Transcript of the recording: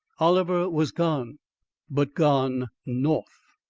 oliver was gone but gone north.